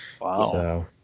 wow